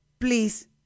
please